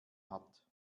hat